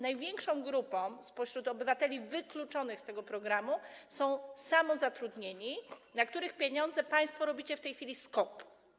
Największą grupą obywateli wykluczonych z tego programu są samozatrudnieni, na których pieniądze państwo robicie w tej chwili skok.